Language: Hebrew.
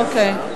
אוקיי.